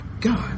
god